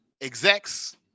execs